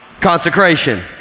consecration